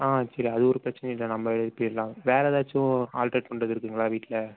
சரி அது ஒரு பிரச்சனையும் இல்லை நம்ப எழுப்பிடலாம் வேறு ஏதாச்சும் ஆல்ட்ரேட் பண்ணறது இருக்குதுங்களா வீட்டில்